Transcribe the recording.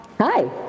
Hi